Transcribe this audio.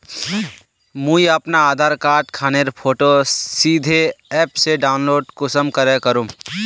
मुई अपना आधार कार्ड खानेर फोटो सीधे ऐप से डाउनलोड कुंसम करे करूम?